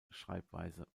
schreibweise